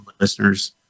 listeners